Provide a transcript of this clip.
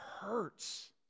hurts